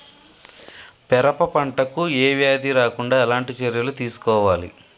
పెరప పంట కు ఏ వ్యాధి రాకుండా ఎలాంటి చర్యలు తీసుకోవాలి?